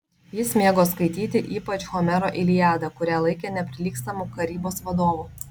jis mėgo skaityti ypač homero iliadą kurią laikė neprilygstamu karybos vadovu